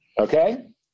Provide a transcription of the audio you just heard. okay